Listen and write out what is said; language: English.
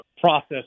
process